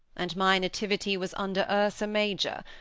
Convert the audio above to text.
and my nativity was under ursa major,